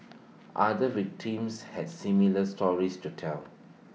other victims had similar stories to tell